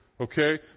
Okay